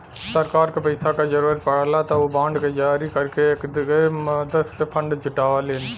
सरकार क पैसा क जरुरत पड़ला त उ बांड के जारी करके एकरे मदद से फण्ड जुटावलीन